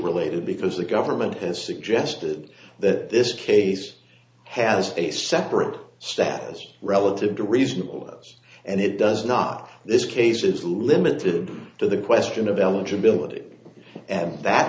related because the government has suggested that this case has a separate status relative to reasonable others and it does not this case is limited to the question of eligibility and that